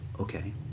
Okay